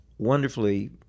wonderfully